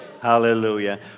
Hallelujah